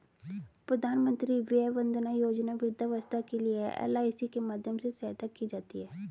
प्रधानमंत्री वय वंदना योजना वृद्धावस्था के लिए है, एल.आई.सी के माध्यम से सहायता की जाती है